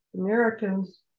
Americans